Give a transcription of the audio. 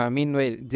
Meanwhile